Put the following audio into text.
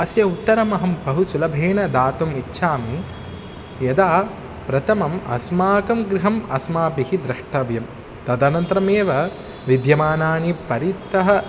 अस्य उत्तरम् अहं बहु सुलभेन दातुम् इच्छामि यदा प्रथमम् अस्माकं गृहम् अस्माभिः द्रष्टव्यं तदनन्तरमेव विद्यमानानि परितः